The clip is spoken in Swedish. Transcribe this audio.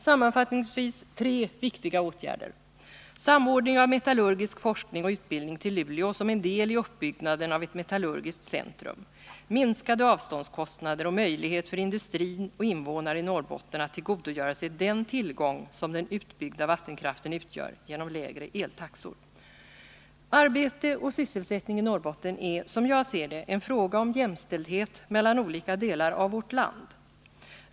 Sammanfattningsvis vill jag peka på tre viktiga åtgärder: samordning av metallurgisk forskning och utbildning till Luleå som en del i uppbyggnaden av ett metallurgiskt centrum, minskade avståndskostnader och möjlighet för industrin och invånare i Norrbotten att genom lägre eltaxor tillgodogöra sig den tillgång som den utbyggda vattenkraften utgör. Arbete och sysselsättning i Norrbotten är, som jag ser det, en fråga om jämställdhet mellan olika delar av vårt land.